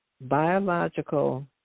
biological